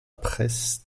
presse